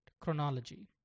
chronology